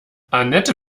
anette